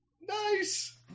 Nice